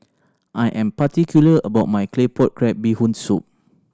I am particular about my Claypot Crab Bee Hoon Soup